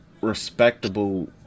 respectable